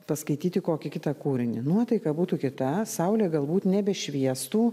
paskaityti kokį kitą kūrinį nuotaika būtų kita saulė galbūt nebešviestų